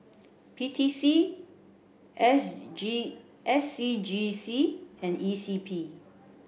P T C S G S C G C and E C P